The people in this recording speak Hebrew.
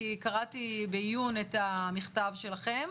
כי קראתי בעיון את המכתב שלכם